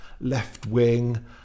left-wing